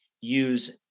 use